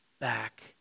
back